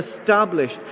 established